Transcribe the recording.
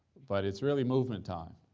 but it's really movement time.